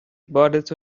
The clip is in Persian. بالت